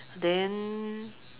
then